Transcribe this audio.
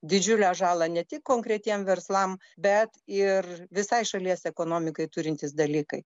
didžiulę žalą ne tik konkretiem verslam bet ir visai šalies ekonomikai turintys dalykai